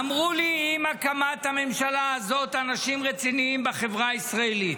אמרו לי עם הקמת הממשלה הזאת אנשים רציניים בחברה הישראלית,